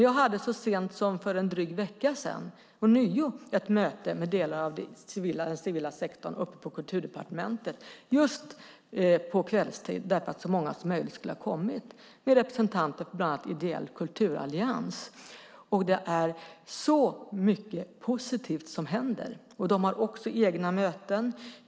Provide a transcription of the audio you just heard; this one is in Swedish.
Jag hade så sent som för en dryg vecka sedan ånyo ett möte med delar av den civila sektorn uppe på Kulturdepartementet. Det var just på kvällstid för att så många som möjligt skulle kunna komma. Det var representanter för bland annat Ideell kulturallians. Det är mycket positivt som händer. De har också egna möten.